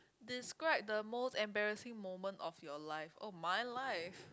describe the most embarrassing moment of your life oh my life